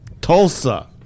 Tulsa